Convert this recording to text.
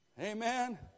Amen